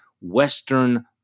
Western